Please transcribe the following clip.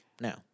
Now